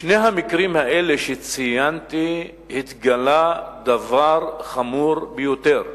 בשני המקרים האלה, שציינתי, התגלה דבר חמור ביותר.